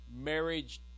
marriage